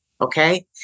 Okay